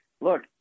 Look